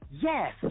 Yes